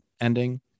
ending